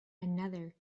another